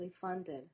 funded